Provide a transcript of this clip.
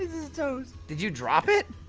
his toes did you drop it?